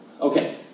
Okay